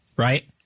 right